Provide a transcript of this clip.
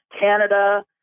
Canada